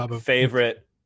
favorite